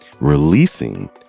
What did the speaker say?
releasing